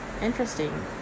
Interesting